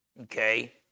okay